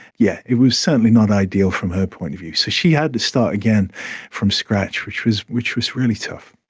yeah, it was certainly not ideal from her point of view, so she had to start again from scratch, which was which was really tough.